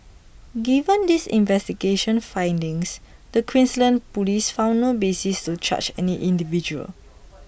given these investigation findings the Queensland Police found no basis to charge any individual